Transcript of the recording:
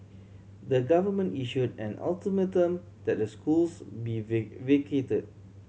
the government issued an ultimatum that the schools be V vacated